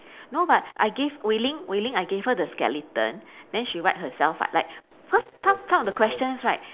no but I gave wei-ling wei-ling I gave her the skeleton then she write herself [what] like because some some of the questions right